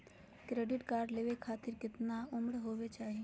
Credit card लेवे खातीर कतना उम्र होवे चाही?